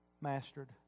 mastered